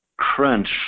crunch